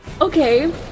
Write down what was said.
okay